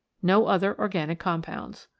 no other organic compounds.